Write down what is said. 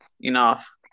enough